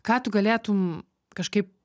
ką tu galėtum kažkaip